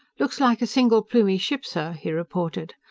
looks like a single plumie ship, sir, he reported.